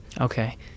okay